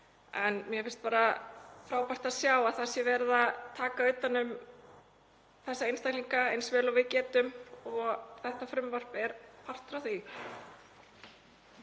Mér finnst bara frábært að sjá að við erum að taka utan um þessa einstaklinga eins vel og við getum og þetta frumvarp er partur af því.